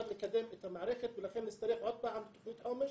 לקדם את המערכת ולכן נצטרך עוד פעם תוכנית חומש.